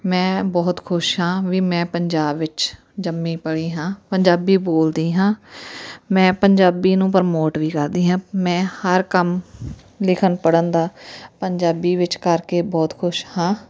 ਮੈਂ ਬਹੁਤ ਖੁਸ਼ ਹਾਂ ਵੀ ਮੈਂ ਪੰਜਾਬ ਵਿੱਚ ਜੰਮੀ ਪਲੀ ਹਾਂ ਪੰਜਾਬੀ ਬੋਲਦੀ ਹਾਂ ਮੈਂ ਪੰਜਾਬੀ ਨੂੰ ਪ੍ਰਮੋਟ ਵੀ ਕਰਦੀ ਹਾਂ ਮੈਂ ਹਰ ਕੰਮ ਲਿਖਣ ਪੜ੍ਹਨ ਦਾ ਪੰਜਾਬੀ ਵਿੱਚ ਕਰਕੇ ਬਹੁਤ ਖੁਸ਼ ਹਾਂ